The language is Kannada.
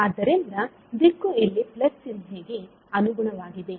ಆದ್ದರಿಂದ ದಿಕ್ಕು ಇಲ್ಲಿ ಪ್ಲಸ್ ಚಿಹ್ನೆಗೆ ಅನುಗುಣವಾಗಿದೆ